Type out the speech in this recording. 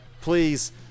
please